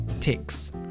ticks